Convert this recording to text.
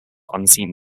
unseen